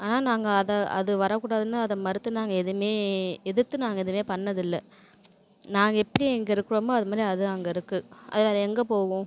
ஆனால் நாங்கள் அதை அது வரக்கூடாதுன்னு அதை மறுத்து நாங்கள் எதுவுமே எதிர்த்து நாங்கள் எதுவுமே பண்ணது இல்லை நாங்கள் எப்படி இங்கே இருக்கிறமோ அது மாதிரி அது அங்கே இருக்குது அது வேறு எங்கே போகும்